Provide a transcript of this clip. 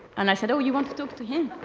and i said, oh, you want to talk to him?